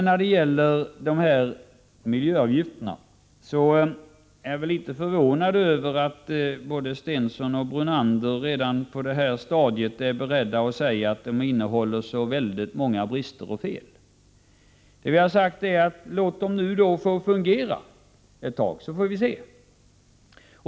När det gäller miljöavgifterna är jag litet förvånad över att både Stensson och Brunander redan på det här stadiet är beredda att säga att dessa innehåller så många brister och fel. Det vi har sagt är: Låt dem nu få fungera ett tag, så får vi se.